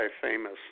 famous